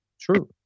True